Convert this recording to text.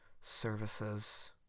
services